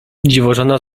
dziwożona